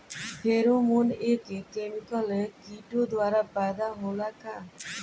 Pheromone एक chemical किटो द्वारा पैदा होला का?